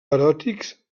eròtics